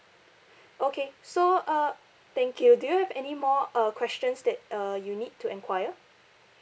okay so uh thank you do you have anymore uh questions that uh you need to enquire